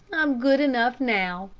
i'm good enough now,